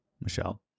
Michelle